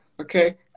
okay